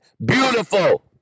Beautiful